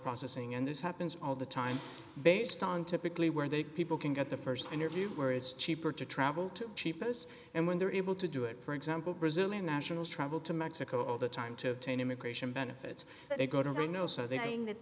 processing and this happens all the time based on typically where they people can get the st interview where it's cheaper to travel to cheapest and when they're able to do it for example brazilian nationals travel to mexico all the time to take immigration benefits they go to reno so they